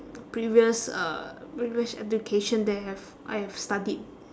previous uh previous education that have I have studied